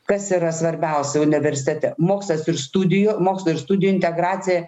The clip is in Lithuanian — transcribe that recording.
kas yra svarbiausia universitete mokslas ir studijų mokslo ir studijų integracija